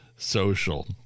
Social